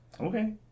Okay